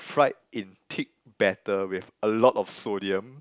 fried in thick batter with a lot of sodium